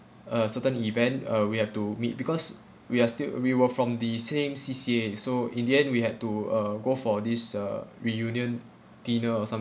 a certain event uh we have to meet because we are still we were from the same C_C_A so in the end we had to uh go for this uh reunion dinner or some